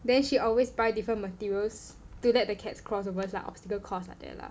then she always buy different materials to let the cats crossover lah obstacle course like that lah